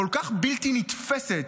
כל כך בלתי נתפסת.